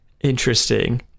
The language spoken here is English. interesting